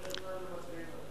אחרת לא היינו מצביעים עליה.